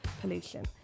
pollution